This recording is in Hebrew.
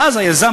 ואז היזם,